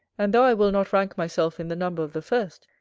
and though i will not rank myself in the number of the first,